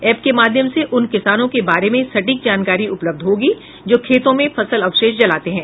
app के माध्यम से उन किसानों के बारे में सटीक जानकारी उपलब्ध होगी जो खेतों में फसल अवशेष जलाते हैं